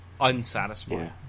unsatisfying